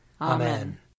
Amen